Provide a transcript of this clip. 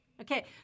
Okay